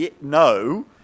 no